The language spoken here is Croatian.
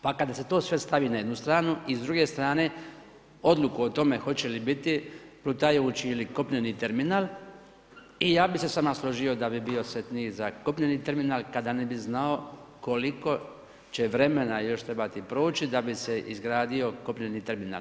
Pa kada se to sve stavi na jednu stranu i s druge strane, odluku o tome hoće li biti plutajući ili kopneni terminal, i ja bi se s vama složio da bi bio sretniji za kopneni terminal, kada ne bi znao koliko će vremena još trebalo proći, da bi se izradio kopneni terminal.